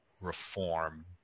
reform